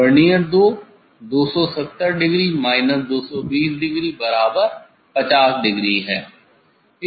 vernier 2 270 degree minus 220 degree बराबर 50 degree है